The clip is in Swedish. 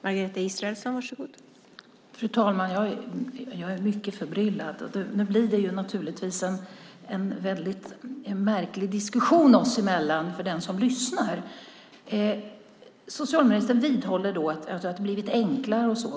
Fru talman! Jag är mycket förbryllad. Nu blir det en märklig diskussion oss emellan för den som lyssnar. Socialministern vidhåller att det har blivit enklare.